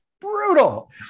brutal